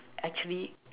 actually